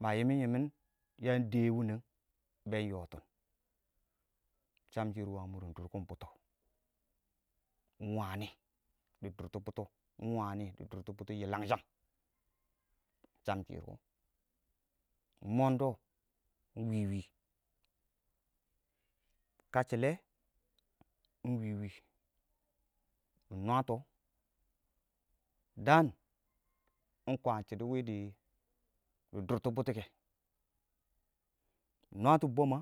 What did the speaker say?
mi yimim yimin yan də wunəng been yɔtin, shamshɪr ingwa mɔrrʊn durkin bʊtɔ ingwani dʊrtɔ bʊtɔ yilangshang shamshɪr wɔ mondo iɪng wɪwɪ daan ingkwaan shɪidɛ wɪɪn dɪ dʊtɔ kɛ nɪ nwaatɔ bommə.